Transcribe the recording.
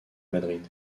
madrid